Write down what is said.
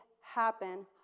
happen